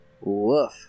Woof